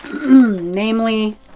namely